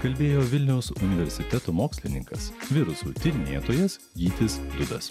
kalbėjo vilniaus universiteto mokslininkas virusų tyrinėtojas gytis dudas